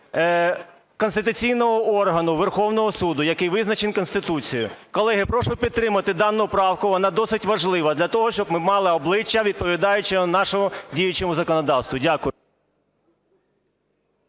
конституційного органу – Верховного Суду, який визначений Конституцією. Колеги, прошу підтримати дану правку, вона досить важлива, для того, щоб ми мали обличчя, відповідаюче нашому діючому законодавству. Дякую.